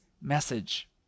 message